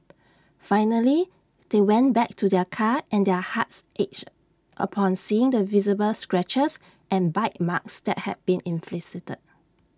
finally they went back to their car and their hearts ached upon seeing the visible scratches and bite marks that had been inflicted